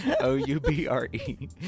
O-U-B-R-E